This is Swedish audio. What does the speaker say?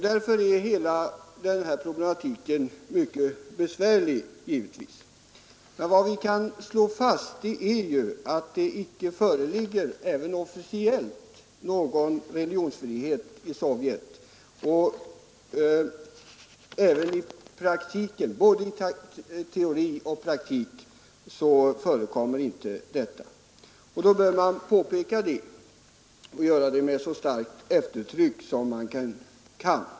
Därför är hela denna problematik mycket besvärlig. Vad vi kan slå fast är att det officiellt icke föreligger någon religionsfrihet i Sovjetunionen och att någon sådan inte heller förekommer vare sig i teori eller i praktik. Detta bör då också framhållas med så starkt eftertryck som möjligt.